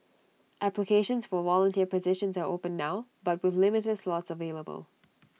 applications for volunteer positions are open now but with limited slots available